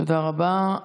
תודה רבה.